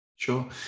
Sure